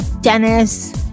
dennis